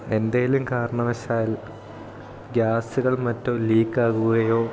എന്തേലും കാരണവശാൽ ഗ്യാസുകൾ മറ്റും ലീക്കാകുകയോ